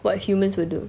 what humans will do